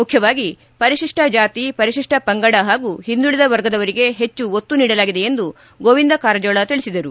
ಮುಖ್ಯವಾಗಿ ಪರಿತಿಷ್ಟ ಜಾತಿ ಪರಿತಿಷ್ಟ ಪಂಗಡ ಹಾಗೂ ಹಿಂದುಳದ ವರ್ಗದವರಿಗೆ ಹೆಚ್ಚು ಒತ್ತು ನೀಡಲಾಗಿದೆ ಎಂದು ಗೋವಿಂದ ಕಾರಜೋಳ ತಿಳಿಸಿದರು